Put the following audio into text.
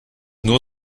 nur